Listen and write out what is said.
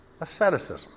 Asceticism